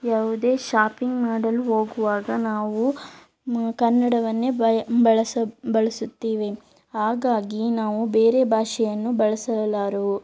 ಯಾವುದೇ ಶಾಪಿಂಗ್ ಮಾಡಲು ಹೋಗುವಾಗ ನಾವು ಕನ್ನಡವನ್ನೇ ಬಯ ಬಳಸುತ್ತೀವಿ ಹಾಗಾಗಿ ನಾವು ಬೇರೆ ಭಾಷೆಯನ್ನು ಬಳಸಲಾರೆವು